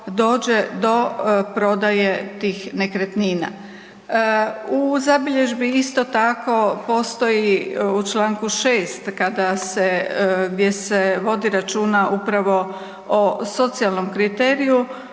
dođe do prodaje tih nekretnina. U zabilježbi isto tako, postoji u čl. 6., kada se, gdje se vodi računa upravo o socijalnom kriteriju,